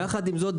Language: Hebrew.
ויחד עם זאת,